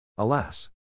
Alas